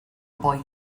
boy